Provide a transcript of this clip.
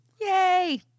Yay